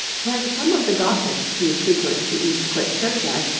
when some of the gossips who frequent the east cliff churchyard,